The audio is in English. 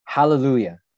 Hallelujah